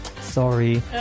Sorry